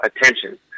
attention